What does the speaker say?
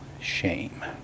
shame